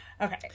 Okay